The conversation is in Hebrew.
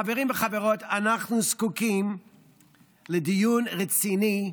חברים וחברות, אנחנו זקוקים לדיון רציני: